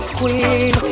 queen